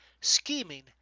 scheming